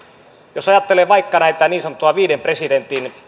jos ajattelee vaikka näitä niin sanottuja viiden presidentin